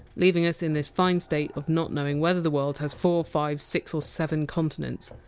leaving us in this fine state of not knowing whether the world has four, five, six or seven continents.